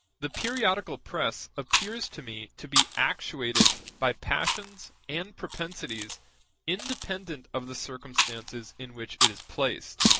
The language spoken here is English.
the periodical press appears to me to be actuated by passions and propensities independent of the circumstances in which it is placed,